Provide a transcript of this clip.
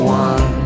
one